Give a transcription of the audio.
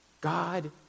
God